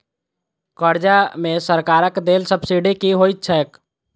कर्जा मे सरकारक देल सब्सिडी की होइत छैक?